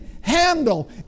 handle